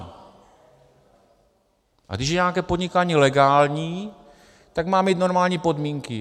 A když je nějaké podnikání legální, tak má mít normální podmínky.